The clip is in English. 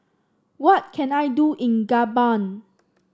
what can I do in Gabon